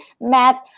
math